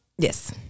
Yes